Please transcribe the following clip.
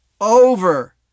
over